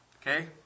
Okay